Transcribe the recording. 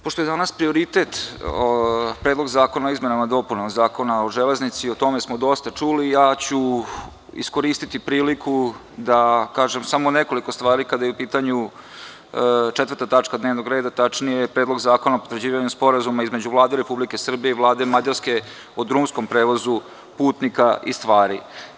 Pošto je danas prioritet Predlog zakona o izmenama i dopunama Zakona o železnici i o tome smo dosta čuli, ja ću iskoristiti priliku da kažem samo nekoliko stvari kada je u pitanju 4. tačka dnevnog reda, tačnije Predlog zakona o potvrđivanju Sporazuma između Vlade Republike Srbije i Vlade Mađarske o drumskom prevozu putnika i stvari.